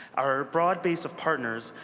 our broad base of partners,